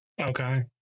Okay